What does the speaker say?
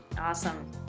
Awesome